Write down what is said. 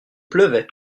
pleuvait